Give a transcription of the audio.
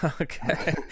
okay